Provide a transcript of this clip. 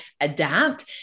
adapt